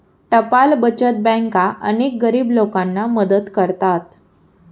टपाल बचत बँका अनेक गरीब लोकांना मदत करतात